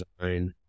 design